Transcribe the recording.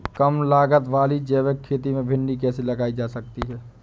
कम लागत वाली जैविक खेती में भिंडी कैसे लगाई जा सकती है?